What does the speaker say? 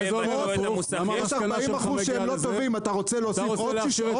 יש 40% שהם לא טובים, אתה רוצה להוסיף עוד?